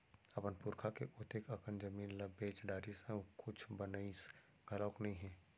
अपन पुरखा के ओतेक अकन जमीन ल बेच डारिस अउ कुछ बनइस घलोक नइ हे